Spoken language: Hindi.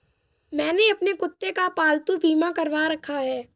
मैंने अपने कुत्ते का पालतू बीमा करवा रखा है